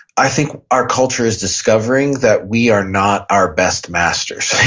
i think our culture is discovering that we are not our best masters.